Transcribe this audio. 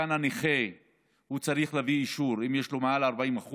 כאן הנכה צריך להביא אישור, אם יש לו מעל 40%,